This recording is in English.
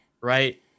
right